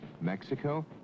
Mexico